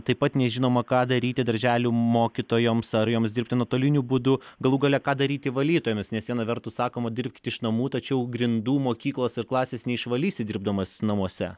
taip pat nežinoma ką daryti darželių mokytojoms ar joms dirbti nuotoliniu būdu galų gale ką daryti valytojoms nes viena vertus sakoma dirbkit iš namų tačiau grindų mokyklos ir klasės neišvalysi dirbdamas namuose